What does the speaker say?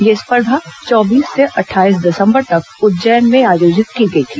यह स्पर्धा चौबीस से अटठाईस दिसंबर तक उज्जैन में आयोजित की गई थी